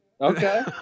Okay